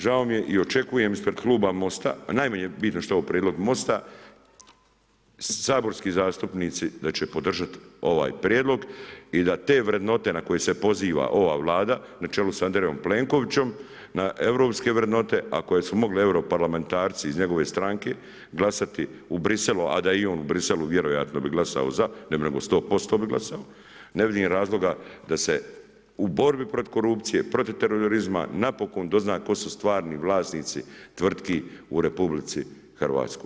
Žao mi je i očekujem ispred kluba MOST-a a najmanje je bitno što je ovo prijedlog MOST-a, saborski zastupnici da će podržati ovaj prijedlog i da te vrednote na koje se poziva ova Vlada na čelu sa Andrejom Plenkovićem, na europske vrednote, ako su mogli europarlamentarci iz njegove stranke glasati u Bruxellesu a da je i on u Bruxellesu vjerojatno bi glasao za, ne bi nego bi 100% glasao, ne vidim razloga da se u borbi protiv korupcije, protiv terorizma napokon dozna tko su stvarni vlasnici tvrtki u RH.